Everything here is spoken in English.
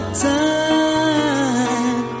time